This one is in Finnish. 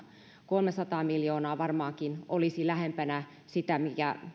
kolmesataa miljoonaa varmaankin olisi lähempänä sitä mikä